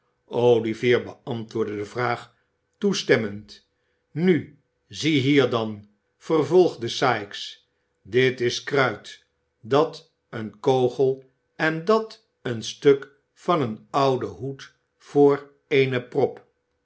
olivier beantwoordde de vraag toestemmend nu ziehier dan vervolgde sikes dit is kruit dat een kogel en dat een stuk van een ouden hoed voor eene prop